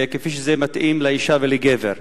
כפי שזה מתאים לאשה ולגבר.